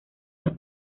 los